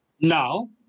Now